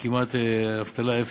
כמעט אבטלה אפס.